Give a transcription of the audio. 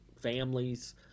families